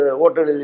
water